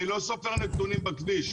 אני לא סופר נתונים בכביש,